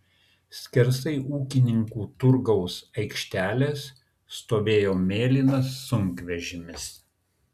skersai ūkininkų turgaus aikštelės stovėjo mėlynas sunkvežimis